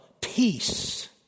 peace